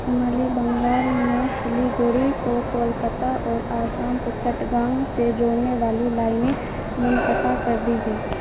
شمالی بنگال میں سلی گوڑی کو کولکاتہ اور آسام کو چٹگانگ سے جوڑنے والی لائنیں منقطع کر دی گئی